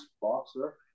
Boxer